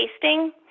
tasting